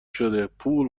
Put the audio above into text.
شده، پول